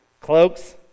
cloaks